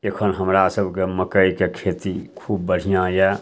एखन हमरा सबके मक्कइके खेती खूब बढ़िआँ यऽ